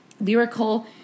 lyrical